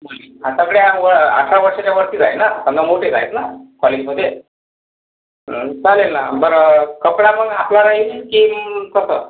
मुलगी आनि सगळ्या अठरा वर्षाच्या वरतीच आहे ना पन्ना मोठेच आहेत ना कॉलेजमध्ये चालेल ना बरं कपडा पन आपला राहील की कसं